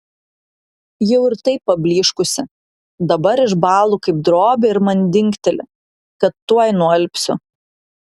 jau ir taip pablyškusi dabar išbąlu kaip drobė ir man dingteli kad tuoj nualpsiu